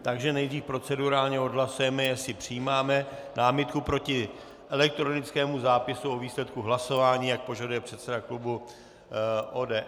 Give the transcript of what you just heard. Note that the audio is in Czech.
Takže nejdřív procedurálně odhlasujeme, jestli přijímáme námitku proti elektronickému zápisu o výsledku hlasování, jak požaduje předseda klubu ODS.